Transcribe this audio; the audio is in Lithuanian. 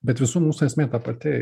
bet visų mūsų esmė ta pati